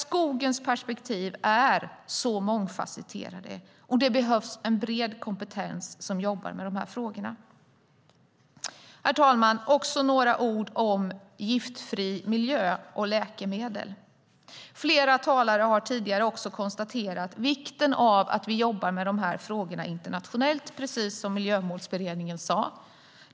Skogens perspektiv är så mångfasetterade, och det behövs en bred kompetens när det gäller att jobba med de här frågorna. Herr talman! Jag ska också säga några ord om en giftfri miljö och läkemedel. Flera talare har tidigare konstaterat vikten av att vi jobbar med de här frågorna internationellt, precis som Miljömålsberedningen sade.